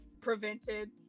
prevented